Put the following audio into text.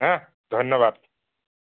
হা ধন্য়বাদ